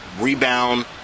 rebound